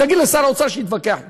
תגיד לשר האוצר שיתווכח אתי.